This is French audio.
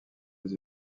les